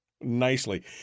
nicely